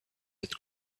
that